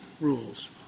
rules